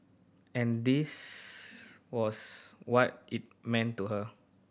and this was what it meant to her